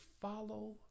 follow